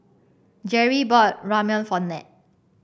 Jerri bought Ramyeon for Nat